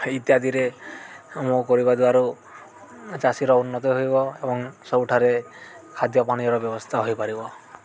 ଇତ୍ୟାଦିରେ କରିବା ଦ୍ୱାରା ଚାଷୀର ଉନ୍ନତି ହେବ ଏବଂ ସବୁଠାରେ ଖାଦ୍ୟ ପାନୀୟର ବ୍ୟବସ୍ଥା ହୋଇପାରିବ